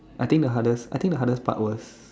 I think the hardest I think the hardest part was